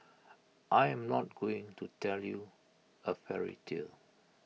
I am not going to tell you A fairy tale